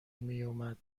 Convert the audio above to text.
میومد